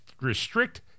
restrict